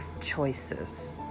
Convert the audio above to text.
choices